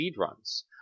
speedruns